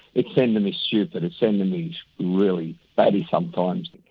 it's sending me stupid, it's sending me really batty sometimes.